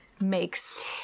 makes